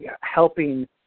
helping